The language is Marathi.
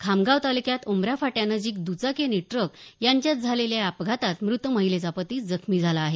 खामगाव तालुक्यात उमरा फाट्यानजीक दचाकी आणि ट्रक यांच्यात झालेल्या या अपघातात मृत महिलेचा पती जखमी झाला आहे